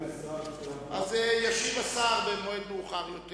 אז ישיב השר במועד מאוחר יותר.